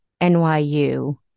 NYU